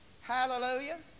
Hallelujah